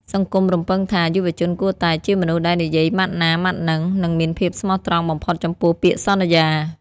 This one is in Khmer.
សង្គមរំពឹងថា យុវជនគួរតែ "ជាមនុស្សដែលនិយាយម៉ាត់ណា ម៉ាត់ហ្នឹង" និងមានភាពស្មោះត្រង់បំផុតចំពោះពាក្យសន្យា។